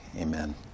Amen